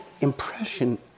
impression